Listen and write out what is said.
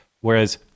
Whereas